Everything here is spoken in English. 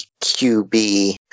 qb